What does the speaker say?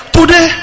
Today